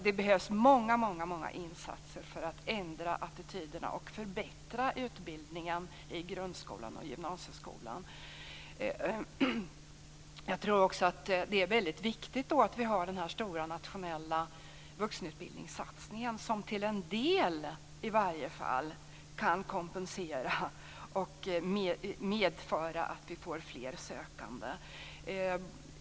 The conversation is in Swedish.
Det behövs många insatser för att ändra attityderna och förbättra utbildningen i grundskolan och gymnasieskolan. Det är viktigt att den stora satsningen på vuxenutbildningen finns, som till en del kan kompensera och medföra att det blir fler sökande.